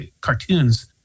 cartoons